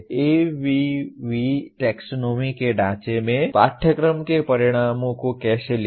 ABV taxonomy के ढांचे में पाठ्यक्रम के परिणामों को कैसे लिखें